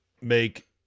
make